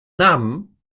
namen